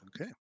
Okay